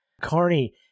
Carney